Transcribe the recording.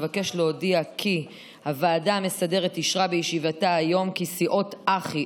אבקש להודיע כי הוועדה המסדרת אישרה בישיבתה היום כי סיעת אח"י,